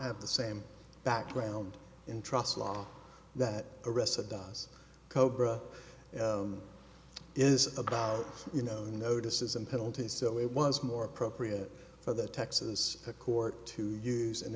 have the same background in trust law that arrested does cobra is about you know notices and penalties so it was more appropriate for the texas court to use an